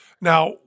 Now